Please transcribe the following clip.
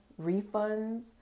refunds